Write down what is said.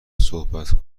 صحبت